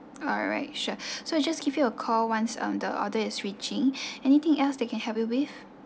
alright sure so I just give you a call once um the order is reaching anything else that can help you with